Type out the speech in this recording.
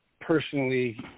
personally